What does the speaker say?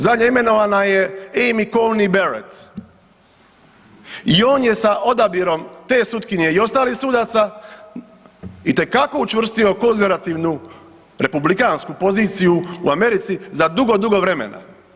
Zadnje imenovana je Amy Coney Barrett i on je sa odabirom te sutkinje i ostalih sudaca itekako učvrstio konzervativnu republikansku poziciju u Americi za dugo, dugo vremena.